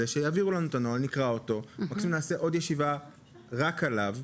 נקרא אותו ומקסימום נעשה עוד ישיבה רק עליו.